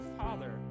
father